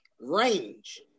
range